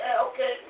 Okay